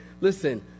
Listen